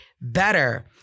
better